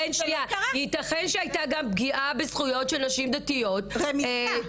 ייתכן שהייתה גם פגיעה בזכויות של נשים דתיות --- רמיסה,